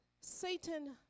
Satan